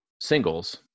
singles